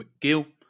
McGill